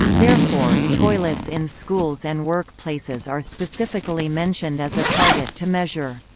therefore, toilets in schools and work places are specifically mentioned as a target to measure.